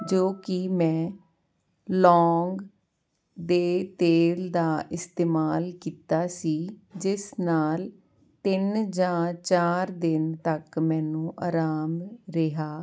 ਜੋ ਕਿ ਮੈਂ ਲੌਂਗ ਦੇ ਤੇਲ ਦਾ ਇਸਤੇਮਾਲ ਕੀਤਾ ਸੀ ਜਿਸ ਨਾਲ ਤਿੰਨ ਜਾਂ ਚਾਰ ਦਿਨ ਤੱਕ ਮੈਨੂੰ ਆਰਾਮ ਰਿਹਾ